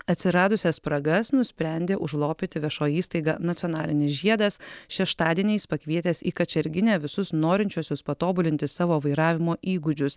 atsiradusias spragas nusprendė užlopyti viešoji įstaiga nacionalinis žiedas šeštadieniais pakvietęs į kačerginę visus norinčiuosius patobulinti savo vairavimo įgūdžius